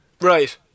Right